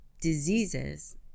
Diseases